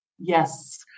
Yes